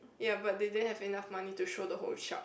ya but they didn't have enough money to show the whole shark